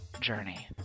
journey